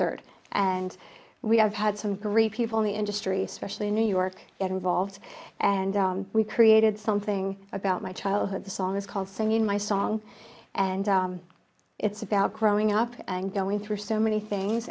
third and we have had some great people in the industry especially new york get involved and we created something about my childhood the song is called singing my song and it's about growing up and going through so many things